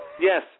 Yes